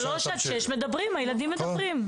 בגילאים שלוש עד שש הילדים מדברים,